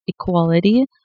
equality